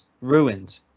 ruined